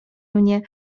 mnie